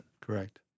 Correct